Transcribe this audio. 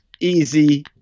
Easy